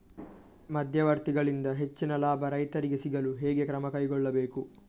ಮಧ್ಯವರ್ತಿಗಳಿಂದ ಹೆಚ್ಚಿನ ಲಾಭ ರೈತರಿಗೆ ಸಿಗಲು ಹೇಗೆ ಕ್ರಮ ಕೈಗೊಳ್ಳಬೇಕು?